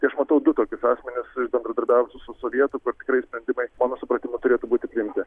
tai aš matau du tokius asmenis iš bendradarbiavusių su sovietų kur tikrai sprendimai mano supratimu turėtų būti priimti